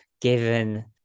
given